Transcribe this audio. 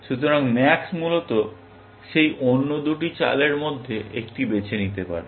সুতরাং ম্যাক্স মূলত সেই অন্য দুটি চালের মধ্যে একটি বেছে নিতে পারে